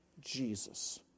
Jesus